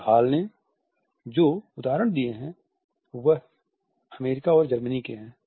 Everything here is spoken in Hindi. और हॉल ने जो उदाहरण दिए हैं वह अमेरिका और जर्मनी के हैं